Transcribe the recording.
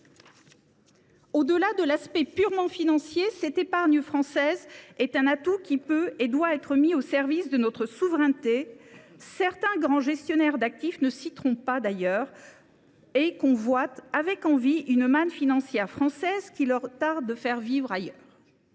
Au delà de l’aspect purement financier, l’épargne française est un atout qui peut et doit être mis au service de notre souveraineté. Certains grands gestionnaires d’actifs ne s’y trompent d’ailleurs pas en convoitant une manne financière qu’il leur tarde de faire vivre ailleurs.